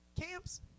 camps